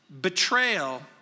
Betrayal